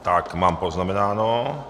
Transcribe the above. Tak, mám poznamenáno.